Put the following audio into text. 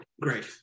great